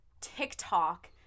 TikTok